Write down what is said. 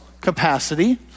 capacity